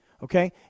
Okay